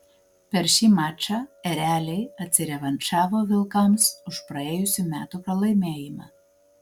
per šį mačą ereliai atsirevanšavo vilkams už praėjusių metų pralaimėjimą